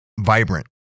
vibrant